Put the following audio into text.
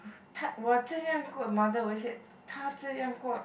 他我志向 mother always said 他志向国